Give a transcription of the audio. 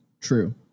True